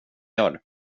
gör